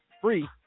free